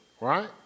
right